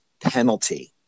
penalty